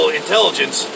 intelligence